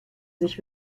sich